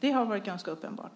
Det har varit uppenbart.